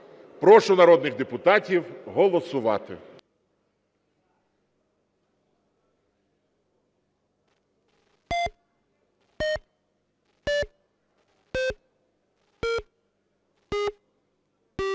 Прошу народних депутатів голосувати.